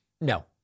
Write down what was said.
No